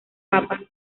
papa